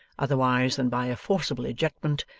otherwise than by a forcible ejectment,